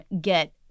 get